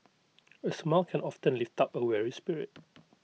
A smile can often lift up A weary spirit